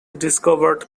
discovered